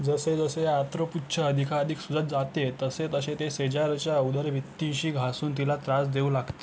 जसे जसे आंत्रपुच्छ अधिकाधिक सुजत जाते तसे तसे ते शेजारच्या उदरभित्तिशी घासून तिला त्रास देऊ लागते